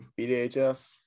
BDHS